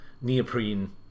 neoprene